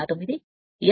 04 1 0